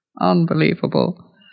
unbelievable